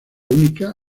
única